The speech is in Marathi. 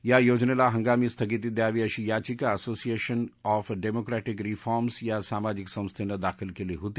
या योजनेला हंगामी स्थगिती द्यावी अशी याचिका असोसिज्ञिन ऑफ डेमोक्रेशिक रिफॉर्म्स या सामाजिक संस्थेनं दाखल केली होती